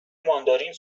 ماندارین